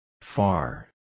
Far